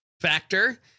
Factor